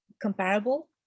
comparable